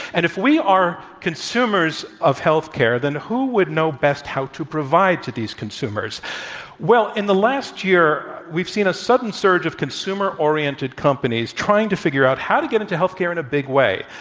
and if we are consumers of health care, then who would know best how to provide to these consumers well, in the last year, we've seen a sudden surge of consumer-oriented companies trying to figure out how to get into health care in a big way,